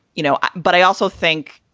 you know. but i also think